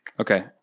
Okay